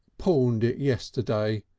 pawned it yesterday,